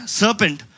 serpent